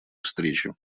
встречи